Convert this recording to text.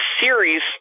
series